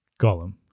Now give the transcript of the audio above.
Gollum